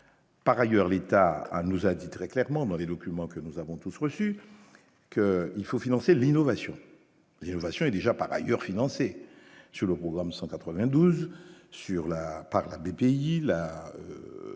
par ailleurs, l'État nous a dit très clairement dans les documents que nous avons tous reçu que il faut financer l'innovation et ovation et déjà par ailleurs financé sur le programme 192 sur la part